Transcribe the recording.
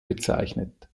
bezeichnet